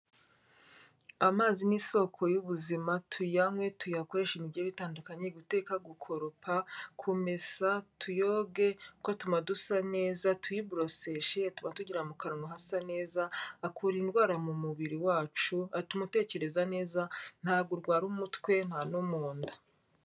Amazi ni isoko y'ubuzima tuyanywe, tuyakoreshe ibintu bigiye bitandukanye guteka, gukoropa, kumesa, tuyoge kuko atuma dusa neza, tuyiboroseshe atuma tugira mu kanwa hasa neza, akura indwara mu mubiri wacu, atuma utekereza neza, ntago urwara umutwe nta no mu nda.